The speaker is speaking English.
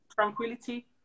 tranquility